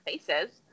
faces